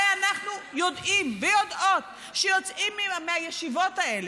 הרי אנחנו יודעים ויודעות שיוצאים מהישיבות האלה,